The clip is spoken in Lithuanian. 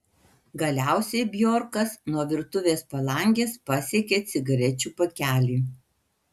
galiausiai bjorkas nuo virtuvės palangės pasiekė cigarečių pakelį